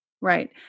Right